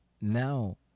Now